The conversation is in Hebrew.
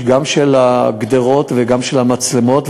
גם של הגדרות וגם של המצלמות,